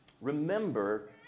Remember